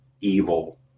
evil